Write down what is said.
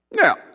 Now